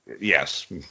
Yes